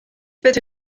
fedri